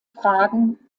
fragen